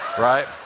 right